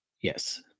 Yes